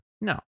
no